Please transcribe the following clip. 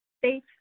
safe